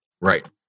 Right